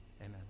Amen